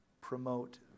promote